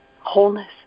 wholeness